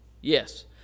Yes